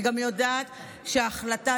אני גם יודעת שההחלטה,